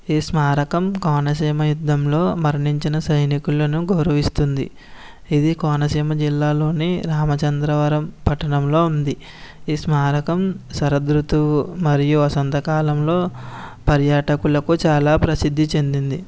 ఈ స్మారకం కోనసీమ యుద్ధంలో మరణించిన సైనికులను గౌరవిస్తుంది ఇది కోనసీమ జిల్లాలోని రామచంద్రవరం పట్టణంలో ఉంది ఈ స్మారకం శరదృతువు మరియు వసంతకాలంలో పర్యాటకులకు చాలా ప్రసిద్ది చెందింది